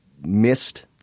missed